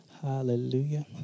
hallelujah